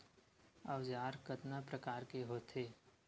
औजार कतना प्रकार के होथे?